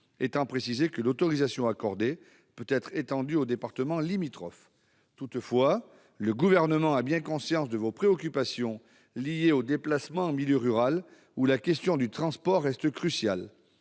étant précisé que l'autorisation accordée peut être étendue aux départements limitrophes. Toutefois, le Gouvernement a bien conscience de vos préoccupations liées aux déplacements en milieu rural, où la question du transport reste cruciale.